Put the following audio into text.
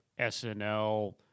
SNL